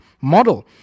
model